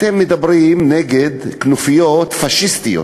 אתם מדברים נגד כנופיות פאשיסטיות